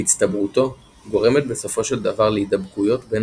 והצטברותו גורמת בסופו של דבר להידבקויות בין